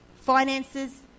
finances